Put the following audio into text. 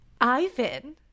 ivan